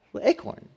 acorn